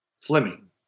Fleming